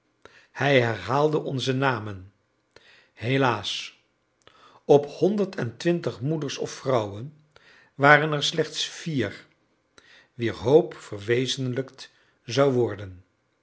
hij herhaalde onze namen helaas op honderd en twintig moeders of vrouwen waren er slechts vier wier hoop verwezenlijkt zou worden